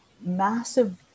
massive